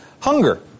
hunger